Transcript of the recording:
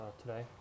today